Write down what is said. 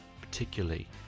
particularly